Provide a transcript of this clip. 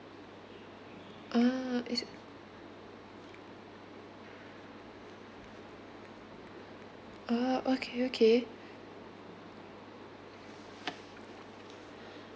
ah it's uh okay okay